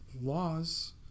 laws